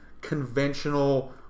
conventional